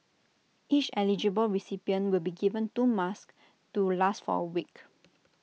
each eligible recipient will be given two masks to last for A week